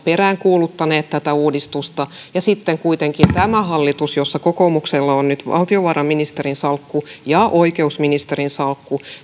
peräänkuuluttaneet tätä uudistusta ja sitten kuitenkin tämä hallitus jossa kokoomuksella on nyt valtiovarainministerin salkku ja oikeusministerin salkku